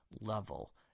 level